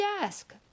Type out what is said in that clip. desk